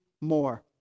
more